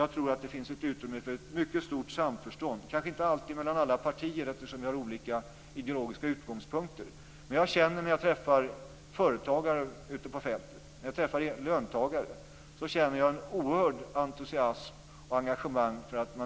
Jag tror att det finns ett utrymme för ett mycket stort samförstånd, kanske inte alltid mellan alla partier eftersom vi har olika ideologiska utgångspunkter. När jag träffar företagare och löntagare ute på fältet känner jag en oerhörd entusiasm och ett engagemang.